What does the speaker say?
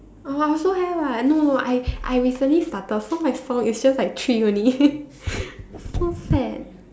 oh I also have [what] no I I recently started so my song is just like three only so sad